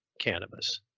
cannabis